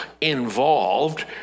involved